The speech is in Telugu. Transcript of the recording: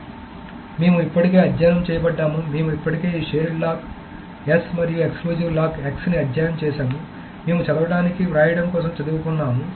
కాబట్టి మేము ఇప్పటికే అధ్యయనం చేయబడ్డాము మేము ఇప్పటికే ఈ షేర్డ్ లాక్ S మరియు ఎక్స్క్లూజివ్ లాక్ X ని అధ్యయనం చేసాము మేము చదవడానికి వ్రాయడం కోసం చదువుకున్నాము